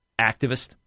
activist